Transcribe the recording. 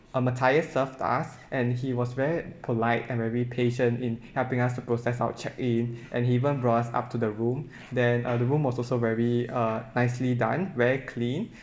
uh mathius served us and he was very polite and very patient in helping us to process our check in and he even brought us up to the room then uh the room was also very uh nicely done very clean